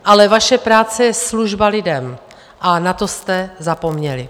Ale vaše práce je služba lidem a na to jste zapomněli.